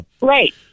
Right